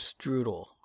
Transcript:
strudel